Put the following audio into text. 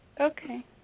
Okay